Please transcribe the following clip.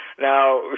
Now